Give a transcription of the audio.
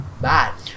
bad